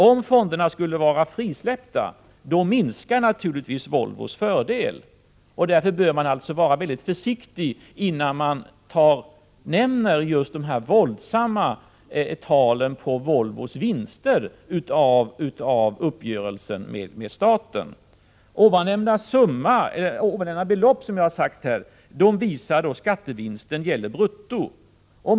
Om fonderna skulle vara frisläppta, minskar naturligtvis Volvos fördel. Därför bör man naturligtvis vara väldigt försiktig innan man nämner de våldsamma talen på Volvos vinster av uppgörelsen med staten. Nämnda belopp visar alltså skattevinsten brutto.